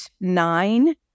nine